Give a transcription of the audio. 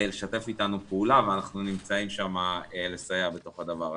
לשתף איתנו פעולה ואנחנו נמצאים שמה לסייע בתוך הדבר הזה.